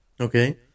okay